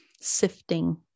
sifting